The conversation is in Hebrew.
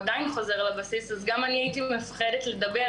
אז גם אני הייתי מפחדת לדבר,